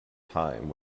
time